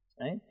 Right